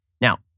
Now